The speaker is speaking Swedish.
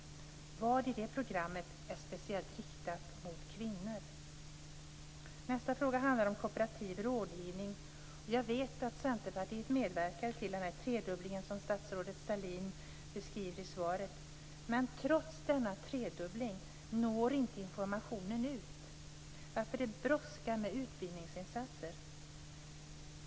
Vad i det programmet är speciellt riktat mot kvinnor? Nästa fråga handlar om kooperativ rådgivning. Jag vet att Centerpartiet medverkade till den tredubbling som statsrådet Sahlin beskriver i svaret. Men trots denna tredubbling når inte informationen ut, varför det brådskar med utbildningsinsatser.